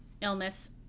illness